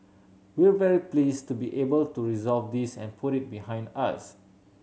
we're very pleased to be able to resolve this and put it behind us